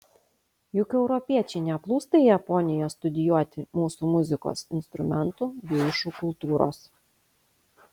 juk europiečiai neplūsta į japoniją studijuoti mūsų muzikos instrumentų geišų kultūros